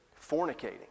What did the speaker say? Fornicating